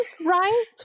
right